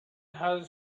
had